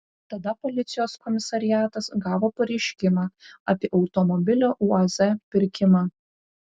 tada policijos komisariatas gavo pareiškimą apie automobilio uaz pirkimą